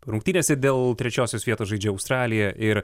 rungtynėse dėl trečiosios vietos žaidžia australija ir